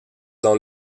dans